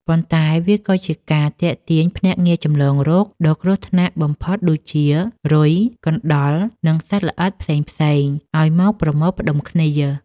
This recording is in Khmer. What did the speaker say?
ប៉ុន្តែវាក៏ជាការទាក់ទាញភ្នាក់ងារចម្លងរោគដ៏គ្រោះថ្នាក់បំផុតដូចជា រុយ កណ្ដុរ និងសត្វល្អិតផ្សេងៗឱ្យមកប្រមូលផ្ដុំគ្នា។